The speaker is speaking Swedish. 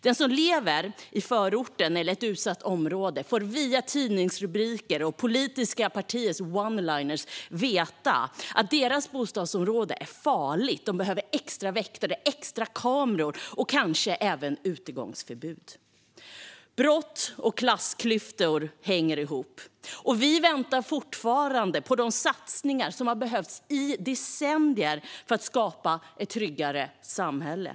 Den som lever i förorten eller i ett utsatt område får via tidningsrubriker och politiska partiers oneliners veta att deras bostadsområde är farligt och att det behövs extra väktare, extra kameror och kanske även utegångsförbud. Brott och klassklyftor hänger ihop. Vi väntar fortfarande på de satsningar som har behövts i decennier för att skapa ett tryggare samhälle.